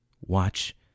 watch